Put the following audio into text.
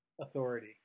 authority